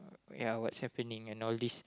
ya what's happening and all these